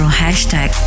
hashtag